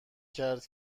کرد